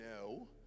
No